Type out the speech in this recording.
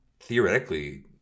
theoretically